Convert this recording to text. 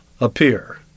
appear